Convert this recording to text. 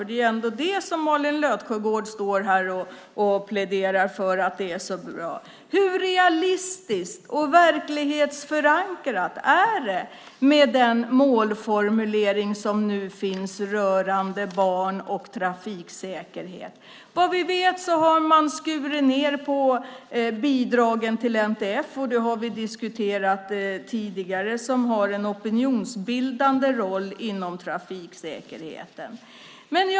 Det är ändå Malin Löfsjögård som står här och pläderar för att det är så bra. Hur realistiskt och verklighetsförankrat är det med den målformulering som nu finns rörande barn och trafiksäkerhet? Vad vi vet har man skurit ned på bidragen till NTF. Det har vi diskuterat tidigare. De har en opinionsbildande roll inom trafiksäkerheten.